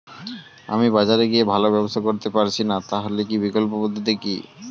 আমি বাজারে গিয়ে ভালো ব্যবসা করতে পারছি না তাহলে বিকল্প পদ্ধতি কি?